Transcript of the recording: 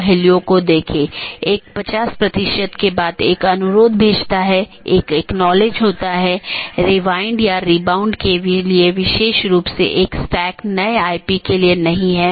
दूसरा अच्छी तरह से ज्ञात विवेकाधीन एट्रिब्यूट है यह विशेषता सभी BGP कार्यान्वयन द्वारा मान्यता प्राप्त होनी चाहिए